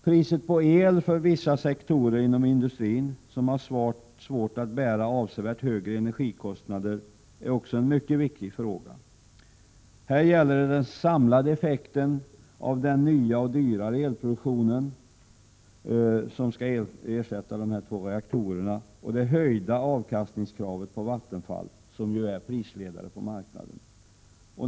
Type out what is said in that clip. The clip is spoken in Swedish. Priset på el för vissa sektorer inom industrin, som har svårt att bära avsevärt högre energikostnader, är också en mycket viktig fråga. Det gäller här den samlade effekten av den nya och dyrare elproduktionen som skall ersätta de här två reaktorerna och det höjda avkastningskravet på Vattenfall —- Vattenfall är ju prisledare på marknaden.